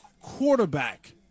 quarterback